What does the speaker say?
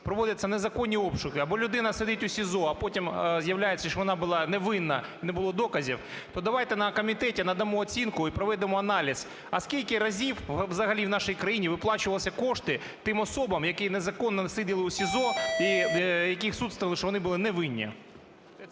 проводяться незаконні обшуки або людина сидить у СІЗО, а потім виявляється, що вона була не винна, не було доказів, то давайте на комітеті надамо оцінку і проведемо аналіз, а скільки разів взагалі в нашій країні виплачувалися кошти тим особам, які незаконно відсиділи у СІЗО і по яких суд встановив, що вони були не винні?